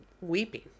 weeping